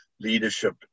leadership